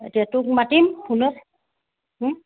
এতিয়া তোক মাতিম